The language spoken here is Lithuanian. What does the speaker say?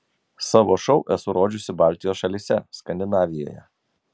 savo šou esu rodžiusi baltijos šalyse skandinavijoje